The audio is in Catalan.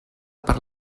per